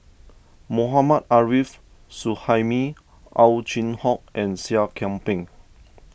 Mohammad Arif Suhaimi Ow Chin Hock and Seah Kian Peng